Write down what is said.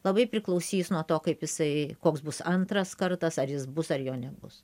labai priklausys nuo to kaip jisai koks bus antras kartas ar jis bus ar jo nebus